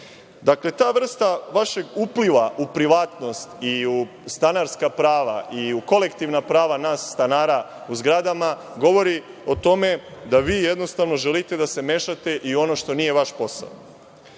Dakle, ta vrsta vašeg upliva u privatnost, u stanarska prava i u kolektivna prava nas stanara u zgradama, govori o tome da vi jednostavno želite da se mešate i ono što nije vaš